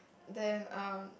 then um